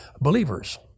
believers